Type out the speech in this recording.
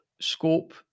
scope